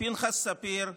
פנחס ספיר,